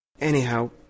Anyhow